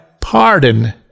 pardon